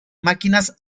máquinas